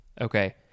Okay